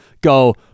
go